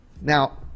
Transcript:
Now